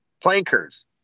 plankers